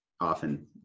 often